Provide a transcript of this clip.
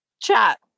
chat